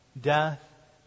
death